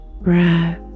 breath